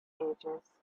ages